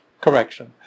correction